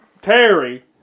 Terry